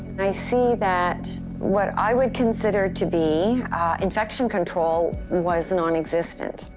i see that what i would consider to be infection control was non-existent.